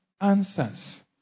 answers